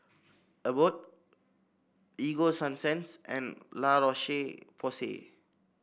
Abbott Ego Sunsense and La Roche Porsay